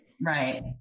Right